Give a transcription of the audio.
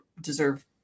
deserve